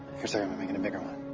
making a bigger one.